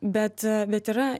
bet bet yra